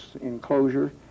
enclosure